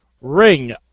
Ring